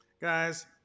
Guys